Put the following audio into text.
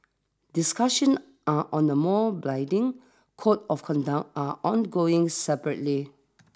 discussions are on the more blinding Code of Conduct are ongoing separately